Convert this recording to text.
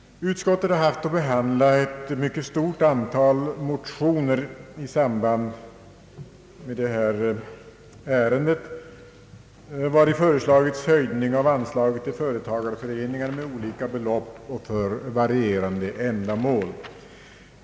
Utskottet har haft att behandla ett mycket stort antal motioner i samband med detta ärende, i vilka föreslagits höjning av anslaget till företagareföreningar med olika belopp och för varierande ändamål.